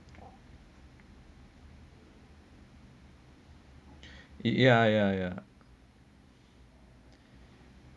ya ya ya